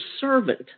servant